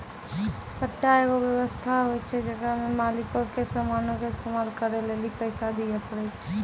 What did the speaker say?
पट्टा एगो व्य्वस्था होय छै जेकरा मे मालिको के समानो के इस्तेमाल करै लेली पैसा दिये पड़ै छै